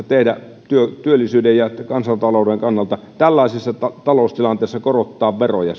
tehdä työllisyyden ja kansantalouden kannalta tällaisessa taloustilanteessa on korottaa veroja